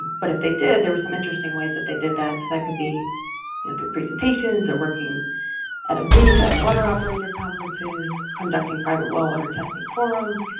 but if they did there were some interesting ways that they did that so that could be and through presentations or working at a booth, at a water operator conferences, conducting private well water testing forums,